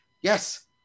yes